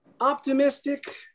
optimistic